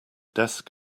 desk